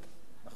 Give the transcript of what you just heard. נכון, "השרה".